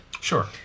Sure